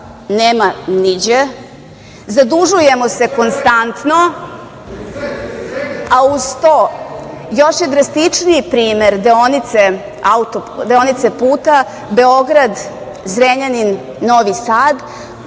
nema niđe, zadužujemo se konstantno, a uz to još je drastičniji primer deonice puta Beograd – Zrenjanini – Novi Sad,